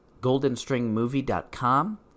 goldenstringmovie.com